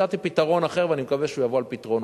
הצעתי פתרון אחר, ואני מקווה שהוא יבוא על פתרונו.